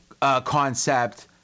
concept